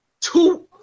two